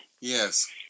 yes